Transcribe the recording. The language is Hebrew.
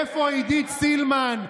איפה עידית סילמן?